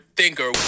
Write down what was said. thinker